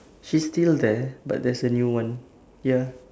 she's still there but there's a new one ya